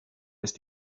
ist